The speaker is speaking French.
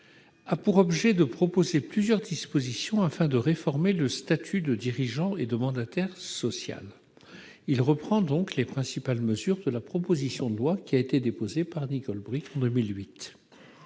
n° 458 rectifié comporte plusieurs dispositions visant à réformer le statut de dirigeant et de mandataire social. Il reprend les principales mesures de la proposition de loi qu'avait déposée Nicole Bricq en 2008.